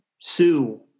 Sue